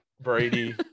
Brady